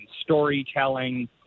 storytelling